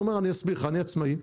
הוא אמר שהוא עצמאי,